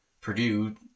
Purdue